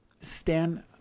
Stan